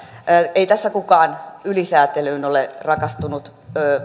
ei tässä kukaan ylisäätelyyn ole rakastunut